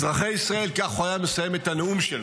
אזרחי ישראל, כך הוא היה מסיים את הנאום שלו,